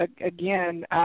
again